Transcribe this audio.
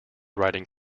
writing